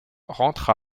rentre